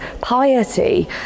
piety